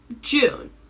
June